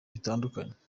bitandukanye